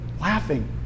laughing